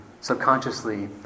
subconsciously